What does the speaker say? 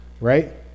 right